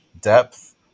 depth